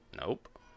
Nope